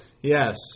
yes